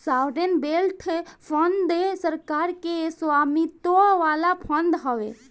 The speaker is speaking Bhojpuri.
सॉवरेन वेल्थ फंड सरकार के स्वामित्व वाला फंड हवे